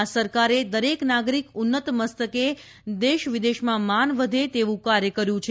આ સરકારે દરેક નાગરિક ઉન્નત મસ્તકે દેશ વિદેશમાં માન વધે તેવું કાર્ય કર્યું છે